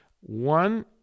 One